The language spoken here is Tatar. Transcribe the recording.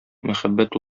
мәхәббәт